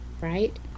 Right